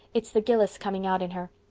it's the gillis coming out in her.